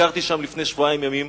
ביקרתי שם לפני שבועיים ימים.